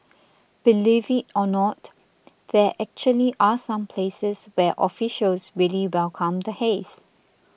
believe it or not there actually are some places where officials really welcome the haze